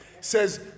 Says